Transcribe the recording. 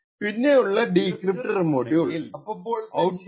പിന്നെ ഉള്ള decrypter module അപ്പപ്പോളത്തെ ശരിയായ ഔട്ട്പുട്ട് നൽകുന്നു